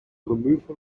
removal